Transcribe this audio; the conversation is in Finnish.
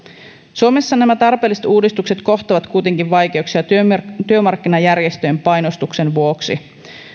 suomessa nämä tarpeelliset uudistukset kohtaavat kuitenkin vaikeuksia työmarkkinajärjestöjen painostuksen vuoksi